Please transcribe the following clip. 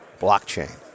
blockchain